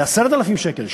ל-10,000 שקל,